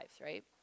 right